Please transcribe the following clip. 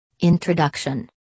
Introduction